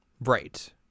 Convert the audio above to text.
Right